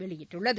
வெளியிட்டுள்ளது